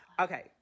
Okay